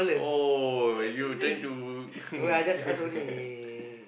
oh you trying to